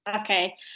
Okay